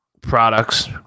products